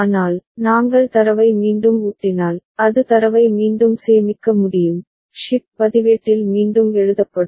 ஆனால் நாங்கள் தரவை மீண்டும் ஊட்டினால் அது தரவை மீண்டும் சேமிக்க முடியும் ஷிப்ட் பதிவேட்டில் மீண்டும் எழுதப்படும்